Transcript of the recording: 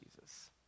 Jesus